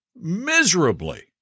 miserably